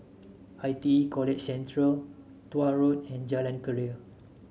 I T E College Central Tuah Road and Jalan Keria